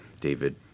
David